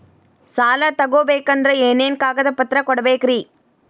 ಸಾಲ ತೊಗೋಬೇಕಂದ್ರ ಏನೇನ್ ಕಾಗದಪತ್ರ ಕೊಡಬೇಕ್ರಿ?